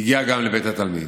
הצוות הגיע גם לבית התלמיד.